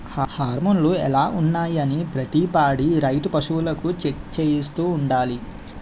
హార్మోన్లు ఎలా ఉన్నాయి అనీ ప్రతి పాడి రైతు పశువులకు చెక్ చేయిస్తూ ఉండాలి